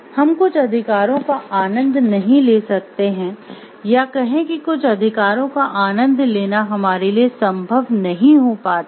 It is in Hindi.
हम कुछ अधिकारों का आनंद नहीं ले सकते हैं या कहें कि कुछ अधिकारों का आनंद लेना हमारे लिए संभव नहीं हो पाता है